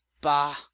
bah